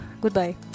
Goodbye